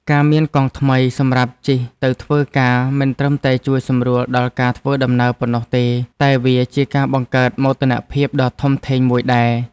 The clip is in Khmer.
ការមានកង់ថ្មីសម្រាប់ជិះទៅធ្វើការមិនត្រឹមតែជួយសម្រួលដល់ការធ្វើដំណើរប៉ុណ្ណោះទេតែវាជាការបង្កើតមោទនភាពដ៏ធំធេងមួយដែរ។